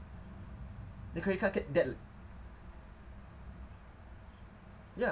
the credit card c~ debt ya